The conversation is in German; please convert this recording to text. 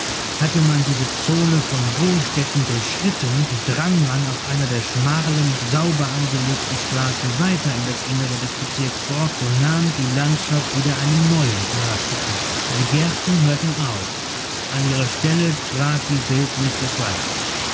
hatte man diese zone von wohnstätten durchschritten und drang man auf einer der schmalen sauber angelegten straßen weiter in das innere des bezirks vor so nahm die landschaft wieder einen neuen charakter an die gärten hörten auf an ihre stelle trat die wildnis des waldes